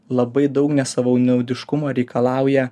labai daug nesavanaudiškumo reikalauja